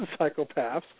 psychopaths